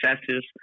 successes